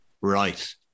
right